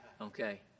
Okay